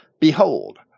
Behold